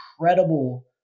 incredible